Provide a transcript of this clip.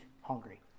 hungry